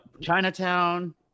Chinatown